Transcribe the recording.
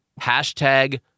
hashtag